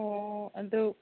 ꯑꯣ ꯑꯗꯨ